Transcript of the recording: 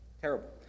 Terrible